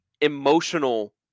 emotional